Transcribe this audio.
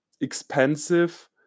expensive